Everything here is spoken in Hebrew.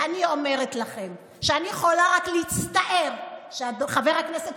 ואני אומרת לכם שאני יכולה רק להצטער שחבר הכנסת